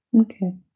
Okay